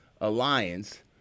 Alliance